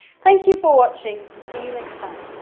thank you for watching and see you next time.